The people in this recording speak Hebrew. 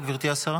בבקשה, גברתי.